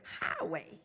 highway